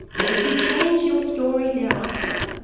and if you change your story thereafter,